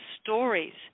stories